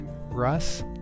Russ